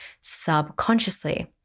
subconsciously